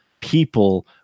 people